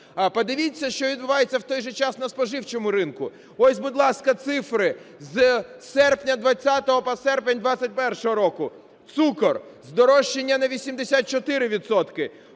подивіться, що відбувається в той же час на споживчому ринку. Ось, будь ласка, цифри з серпня 20-го по серпень 21-го року: цукор – здорожчання на 84